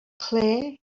claire